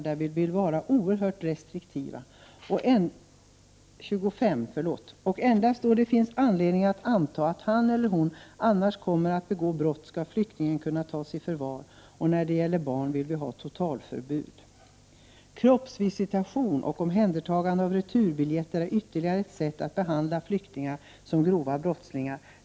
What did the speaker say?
Där framför vi att vi vill att man skall vara oerhört restriktiv i detta avseende. Endast då det finns anledning att befara att flyktingen kommer att begå brott skall han eller hon kunna tas i förvar. När det gäller barn vill vi ha ett totalförbud i detta avseende. Kroppsvisitation och omhändertagande av returbiljett är ytterligare exempel på att flyktingar behandlas som grova brottslingar.